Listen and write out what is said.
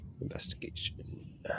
Investigation